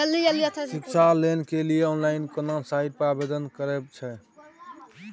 शिक्षा लोन के लिए ऑनलाइन केना साइट पर आवेदन करबैक छै?